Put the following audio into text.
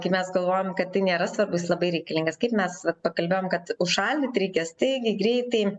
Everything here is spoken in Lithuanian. kai mes galvojam kad tai nėra svarbu jis labai reikalingas kaip mes pakalbėjom kad užšaldyt reikės staigiai greitai